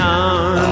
on